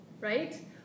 right